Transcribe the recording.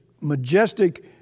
majestic